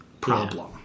problem